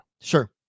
sure